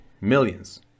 millions